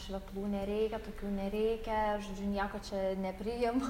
šveplų nereikia tokių nereikia aš nieko čia nepriima